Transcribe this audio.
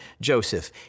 Joseph